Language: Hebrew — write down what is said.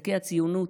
ערכי הציונות,